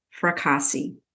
Fracassi